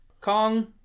kong